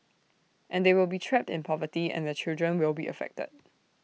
and they will be trapped in poverty and their children will be affected